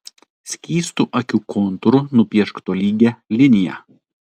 skystu akių kontūru nupiešk tolygią liniją